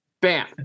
Bam